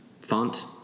font